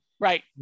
right